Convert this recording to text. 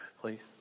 please